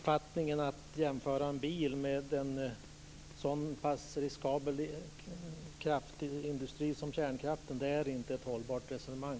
Fru talman! Att jämföra en bil med en så riskabel industri som kärnkraftsindustrin är inte ett hållbart resonemang.